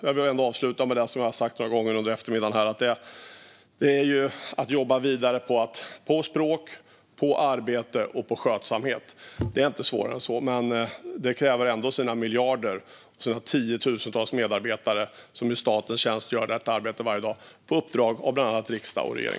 Jag vill ändå avsluta med det som jag har sagt några gånger under eftermiddagen, och det handlar om att jobba vidare med språk, arbete och skötsamhet. Det är inte svårare än så. Men det kräver ändå sina miljarder så att tiotusentals medarbetare i statens tjänst kan göra detta arbete varje dag på uppdrag av bland andra riksdag och regering.